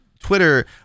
twitter